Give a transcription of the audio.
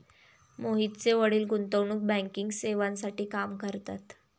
मोहितचे वडील गुंतवणूक बँकिंग सेवांसाठी काम करतात